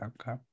okay